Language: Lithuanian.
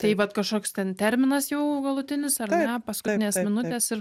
tai vat kažkoks ten terminas jau galutinis ar ne paskutinės minutės ir